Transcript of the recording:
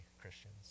Christians